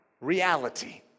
reality